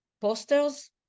posters